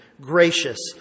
gracious